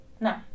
No